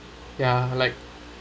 ya like